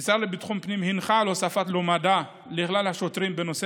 המשרד לביטחון פנים הנחה על הוספת לומדה לכלל השוטרים בנושא